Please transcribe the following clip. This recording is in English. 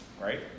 right